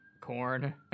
corn